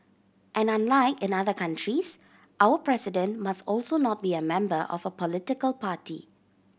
and unlike in other countries our president must also not be a member of a political party